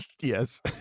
yes